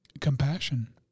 compassion